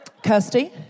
Kirsty